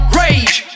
rage